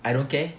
I don't care